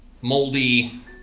moldy